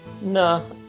No